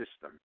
system